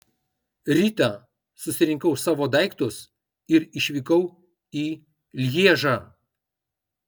rytą susirinkau savo daiktus ir išvykau į lježą